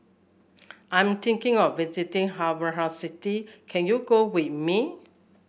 I'm thinking of visiting Afghanistan city can you go with me